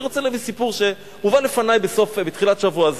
אני רוצה להביא סיפור שהובא לפני בתחילת שבוע זה.